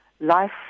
life